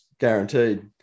guaranteed